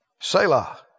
Selah